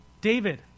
David